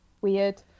weird